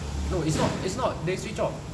no it's not it's not they switched off